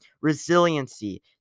resiliency